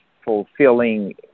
fulfilling